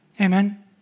Amen